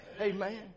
Amen